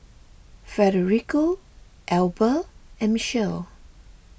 Federico Elba and Michele